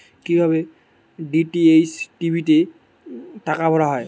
কি ভাবে DTH TV তে টাকা ভরা হয়?